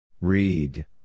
Read